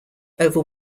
over